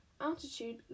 altitude